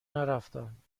نرفتم